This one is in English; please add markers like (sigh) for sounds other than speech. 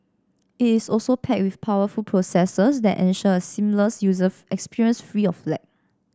it is also packed with powerful processors that ensure a seamless user (unintelligible) experience free of lag